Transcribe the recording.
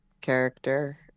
character